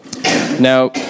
Now